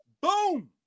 boom